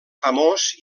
famós